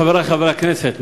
חברי חברי הכנסת,